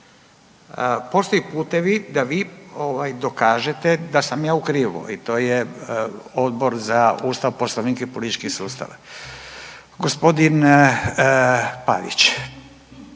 Postoje putevi da vi dokažete da sam ja u krivu i to je Odbor za Ustav, Poslovnik i politički sustav. Gospodin Pavić,